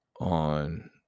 on